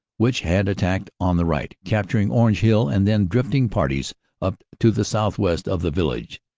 which had attacked on the right, captur ing orange hill and then drifting parties up to the southwest of the village.